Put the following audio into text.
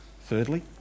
Thirdly